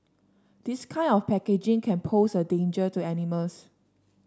this kind of packaging can pose a danger to animals